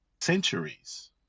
centuries